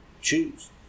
choose